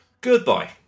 Goodbye